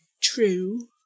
True